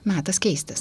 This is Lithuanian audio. metas keistis